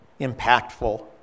impactful